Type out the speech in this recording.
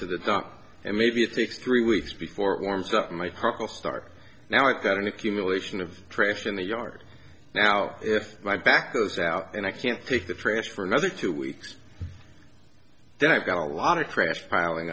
to the dump and maybe it takes three weeks before it warms up my heart will start now i've got an accumulation of trash in the yard now if my back goes out and i can't take the trash for another two weeks then i've got a lot of trash piling